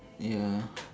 ya